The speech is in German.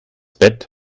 bett